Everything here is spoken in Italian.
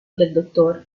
del